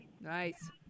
Nice